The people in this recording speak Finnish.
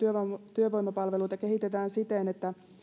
työvoimapalveluita kehitetään siten että